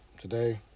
today